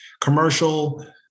commercial